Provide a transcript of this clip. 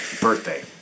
birthday